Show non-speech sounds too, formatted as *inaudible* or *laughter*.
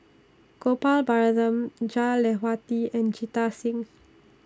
Gopal Baratham Jah *unintelligible* and Jita Singh